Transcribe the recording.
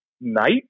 night